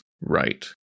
right